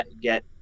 get